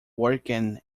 working